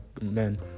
men